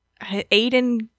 Aiden